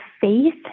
faith